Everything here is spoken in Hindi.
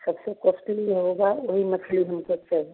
सबसे कोस्टली होगा वही मछली हमको चाहिए